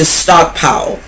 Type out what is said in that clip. stockpile